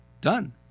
done